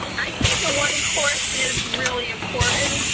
i think the one course is really important.